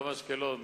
גם אשקלון,